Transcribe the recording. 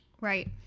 Right